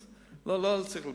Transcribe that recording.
אז לא צריך להיבהל.